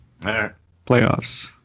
playoffs